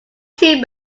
too